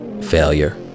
failure